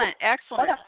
Excellent